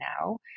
now